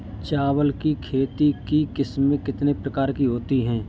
चावल की खेती की किस्में कितने प्रकार की होती हैं?